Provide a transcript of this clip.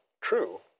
true